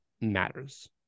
matters